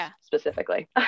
specifically